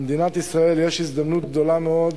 למדינת ישראל יש הזדמנות גדולה מאוד,